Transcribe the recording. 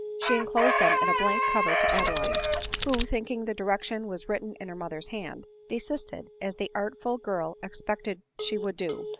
she enclosed them in a blank cover to adeline who, thinking the direction was written in her mother's hand, desisted, as the artful girl expected she would do,